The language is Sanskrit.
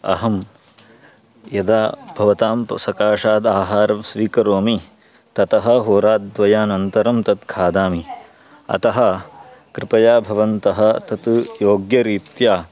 अहं यदा भवतां सकाशाद् आहारं स्वीकरोमि ततः होराद्वयानन्तरं तत् खादामि अतः कृपया भवन्तः तत् योग्यरीत्या